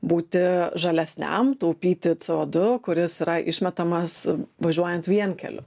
būti žalesniam taupyti co du kuris yra išmetamas važiuojant vienkeliu